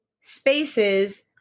spaces